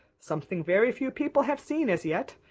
something very few people have seen as yet.